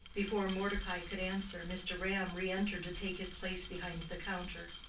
before mordecai could answer, mr. ram re-entered to take his place behind the counter.